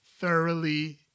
thoroughly